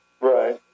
Right